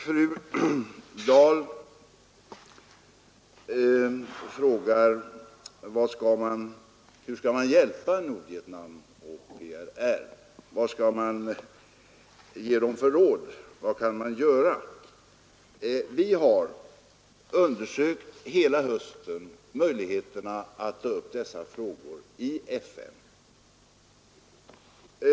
Fru Dahl frågar hur man skall hjälpa Nordvietnam och PRR. Vad skall man ge dem för råd? Vad kan man göra? Vi har hela hösten undersökt möjligheterna att ta upp dessa frågor i FN.